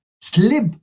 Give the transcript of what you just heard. slip